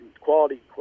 quality